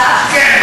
כן,